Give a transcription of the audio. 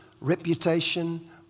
reputation